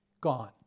gone